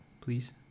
Please